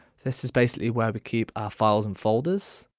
this is basically where we keep our files and folders.